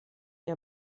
ihr